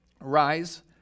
rise